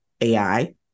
AI